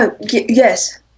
yes